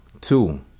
Two